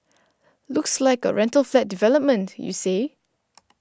looks like a rental flat development you say